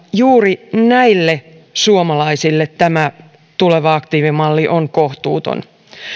juuri näille suomalaisille tämä tuleva aktiivimalli on kohtuuton